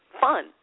fun